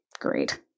Great